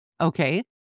Okay